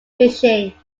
fishing